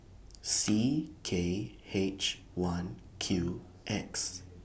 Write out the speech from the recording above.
C K H one Q X